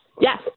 Yes